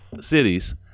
cities